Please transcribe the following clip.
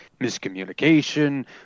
miscommunication